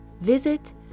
visit